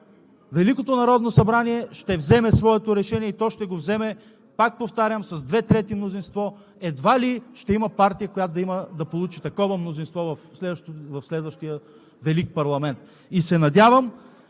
Великото народно събрание ще вземе своето решение и то ще го вземе, пак повтарям, с две трети мнозинство – едва ли ще има партия, която да получи такова мнозинство в следващия велик парламент. Надявам